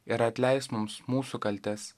ir atleisk mums mūsų kaltes